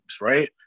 right